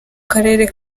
karere